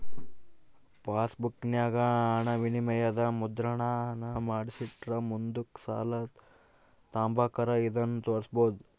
ಪಾಸ್ಬುಕ್ಕಿನಾಗ ಹಣವಿನಿಮಯದ ಮುದ್ರಣಾನ ಮಾಡಿಸಿಟ್ರ ಮುಂದುಕ್ ಸಾಲ ತಾಂಬಕಾರ ಇದನ್ನು ತೋರ್ಸ್ಬೋದು